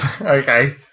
Okay